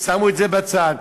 שמו את זה בצד.